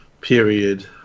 period